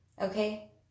okay